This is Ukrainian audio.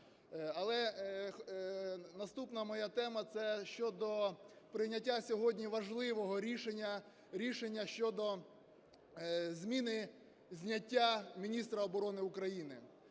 Але наступна моя тема – це щодо прийняття сьогодні важливого рішення: рішення щодо зміни зняття міністра оборони України.